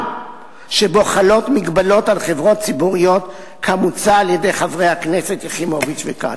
מדובר רק בחברי הכנסת כץ ויחימוביץ.